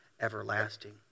everlasting